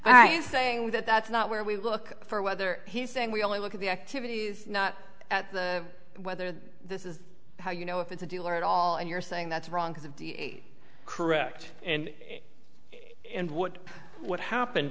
you saying that that's not where we look for whether he's saying we only look at the activities not at whether this is how you know if it's a dealer at all and you're saying that's wrong because of de correct and and what what happened